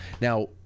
Now